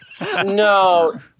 no